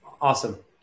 awesome